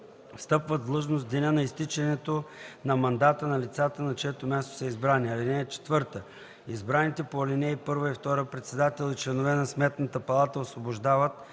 встъпват в длъжност в деня на изтичането на мандата на лицата, на чието място са избрани. (4) Избраните по ал. 1 и 2 председател и членове на Сметната палата освобождават